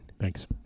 Thanks